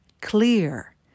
clear